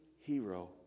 hero